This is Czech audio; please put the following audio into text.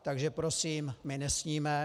Takže prosím, my nesníme.